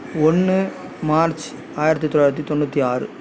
ஒன்று மார்ச் ஆயிரத்து தொள்ளாயிரத்து தொண்ணூற்றி ஆறு